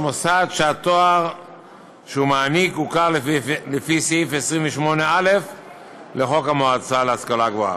מוסד שהתואר שהוא מעניק הוכר לפי סעיף 28א לחוק המועצה להשכלה גבוהה".